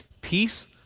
Peace